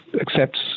accepts